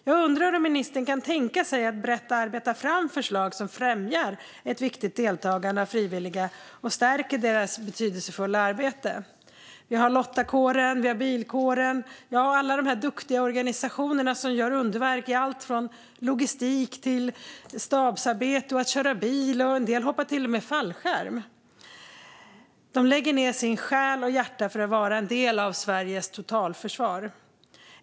Jag undrar om ministern kan tänka sig att brett arbeta fram förslag som främjar ett viktigt deltagande av frivilliga och stärker deras betydelsefulla arbete. Vi har lottakåren, bilkåren och alla dessa duktiga organisationer som gör underverk i allt från logistik och stabsarbete till att köra bil och till och med hoppa fallskärm. De lägger ned själ och hjärta, för att vara en del av Sveriges totalförsvar.